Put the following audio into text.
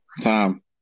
Time